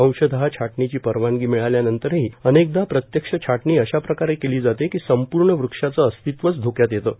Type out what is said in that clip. अंशत छाटणीची परवानगी र्मिळाल्यानंतरही अनेकदा प्रत्यक्ष छाटणी अशाप्रकारे केलो जाते को संपूण वृक्षांचं अस्तित्वच धोक्यात येतं